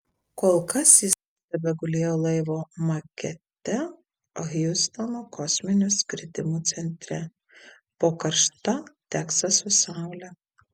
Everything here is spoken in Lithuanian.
kol kas jis tebegulėjo laivo makete hjustono kosminių skridimų centre po karšta teksaso saule